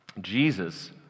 Jesus